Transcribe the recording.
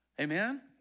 Amen